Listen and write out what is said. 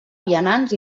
vianants